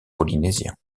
polynésien